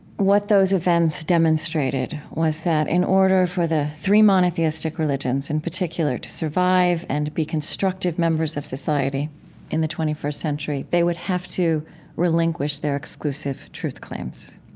what those events demonstrated was that, in order for the three monotheistic religions, in particular, to survive and be constructive members of society in the twenty first century, they would have to relinquish their exclusive truth claims.